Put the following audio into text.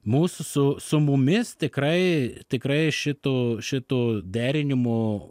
mūsų su su mumis tikrai tikrai šito šito derinimo